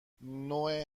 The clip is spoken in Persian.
نوعی